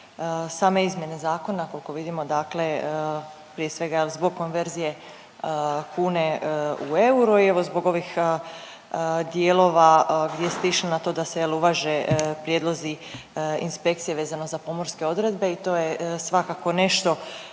same izmjene zakona koliko vidimo dakle prije svega jer zbog konverzije kune u euro i evo zbog ovih dijelova gdje ste išli na to da se, jel' uvaže prijedlozi inspekcije vezano za pomorske odredbe i to je svakako nešto